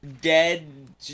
DEAD